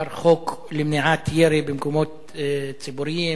חוק למניעת ירי במקומות ציבוריים,